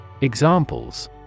Examples